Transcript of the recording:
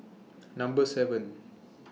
Number seven